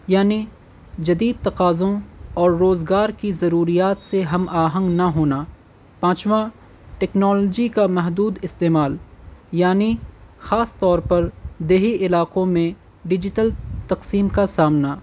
یعنی جدید تقاضوں اور روزگار کی ضروریات سے ہم آہنگ نہ ہونا پانچواں ٹیکنالوجی کا محدود استعمال یعنی خاص طور پر دیہی علاقوں میں ڈیجیٹل تقسیم کا سامنا